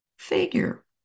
figure